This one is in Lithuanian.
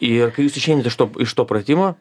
ir kai jūs išeinat iš to iš to pratimo